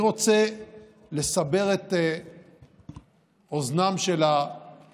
אנחנו פוגשים אותו באין-ספור הזדמנויות של חסד,